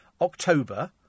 October